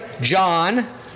John